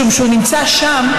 משום שהוא נמצא שם,